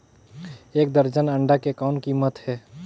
एक दर्जन अंडा के कौन कीमत हे?